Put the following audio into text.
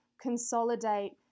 consolidate